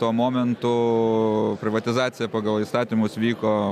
tuo momentu privatizacija pagal įstatymus vyko